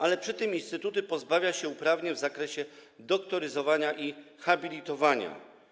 Ale przy tym instytuty pozbawia się uprawnień w zakresie doktoryzowania i habilitowania.